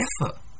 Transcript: effort